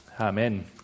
Amen